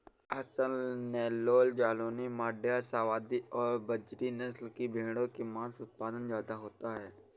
हसन, नैल्लोर, जालौनी, माण्ड्या, शाहवादी और बजीरी नस्ल की भेंड़ों से माँस उत्पादन ज्यादा होता है